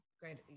great